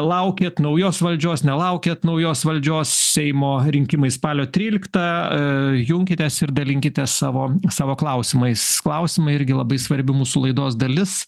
laukiat naujos valdžios nelaukiat naujos valdžios seimo rinkimai spalio tryliktą junkitės ir dalinkitės savo savo klausimais klausimai irgi labai svarbi mūsų laidos dalis